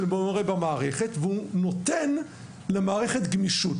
מורה במערכת והוא נותן למערכת גמישות.